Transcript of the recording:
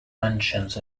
mansions